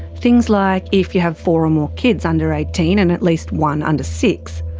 things like. if you have four or more kids under eighteen and at least one under six.